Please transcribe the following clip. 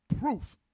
proof